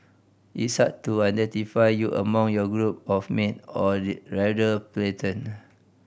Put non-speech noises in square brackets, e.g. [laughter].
it's hard to identify you among your group of mate or [unintelligible] rather platoon [unintelligible]